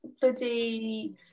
bloody